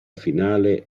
finale